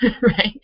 right